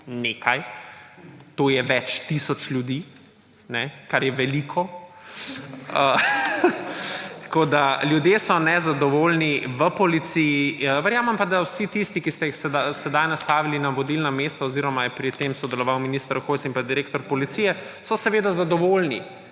nekaj, to je več tisoč ljudi, kar je veliko. Ljudje so nezadovoljni v policiji, verjamem pa, da vsi tisti, ki ste jih sedaj nastavili na vodilno mesto oziroma je pri tem sodeloval minister Hojs in pa direktor policije, so seveda zadovoljni,